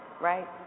right